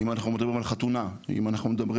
אם אנחנו מדברים על חתונה או אם אנחנו מדברים